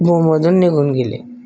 भुमधून निघून गेले